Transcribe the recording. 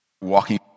walking